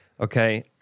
Okay